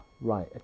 right